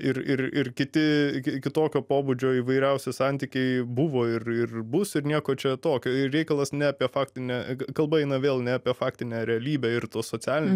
ir ir ir kiti kitokio pobūdžio įvairiausi santykiai buvo ir ir bus ir nieko čia tokio ir reikalas ne apie faktinę kalba eina vėl ne apie faktinę realybę ir to socialinį